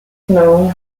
known